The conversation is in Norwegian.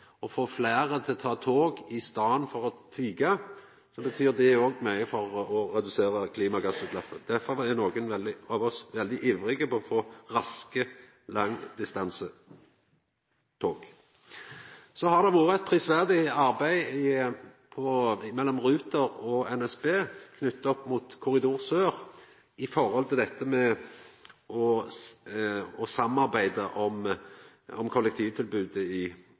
å få fleire til å ta tog på langdistansereiser i staden for å fly, betyr det òg mykje for å redusera klimagassutsleppa. Derfor er nokon av oss veldig ivrige etter å få raske langdistansetog. Det har vore eit prisverdig samarbeid mellom Ruter og NSB knytt opp mot Sørkorridoren når det gjeld å samarbeida om kollektivtilbodet i